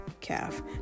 calf